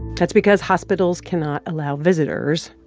that's because hospitals cannot allow visitors.